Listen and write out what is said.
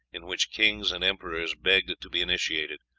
in which kings and emperors begged to be initiated,